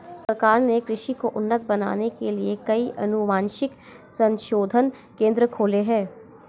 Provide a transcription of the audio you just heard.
सरकार ने कृषि को उन्नत बनाने के लिए कई अनुवांशिक संशोधन केंद्र खोले हैं